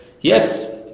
yes